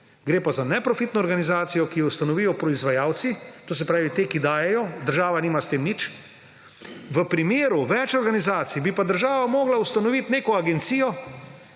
Gre pa za neprofitno organizacijo, ki jo ustanovijo proizvajalci, to se pravi ti, ki dajejo, država nima s tem nič. V primeru več organizacij bi pa država morala ustanoviti neko agencijo,